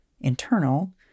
internal